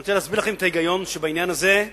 אני רוצה להסביר לכם את ההיגיון שבעניין הזה.